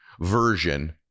version